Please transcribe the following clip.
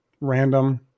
random